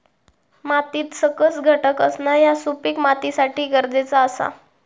मातीत सकस घटक असणा ह्या सुपीक मातीसाठी गरजेचा आसा